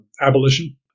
abolition